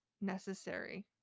necessary